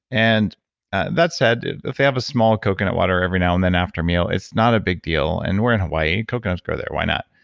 and that said, if they have a small coconut water every now and then after meal, it's not a big deal. and we're in hawaii, coconuts grow there, why not?